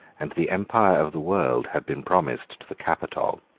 and the empire of the world had been promised to the capitol.